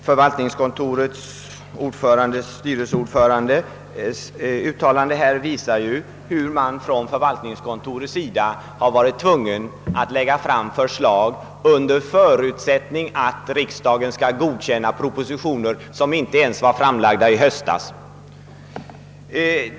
Herr talman! Detta uttalande av förvaltningskontorets = styrelseordförande visar hur man från förvaltningskontoret varit tvungen att lägga fram förslag under förutsättning att riksdagen skall godkänna propositioner, som inte ens var presenterade i höstas.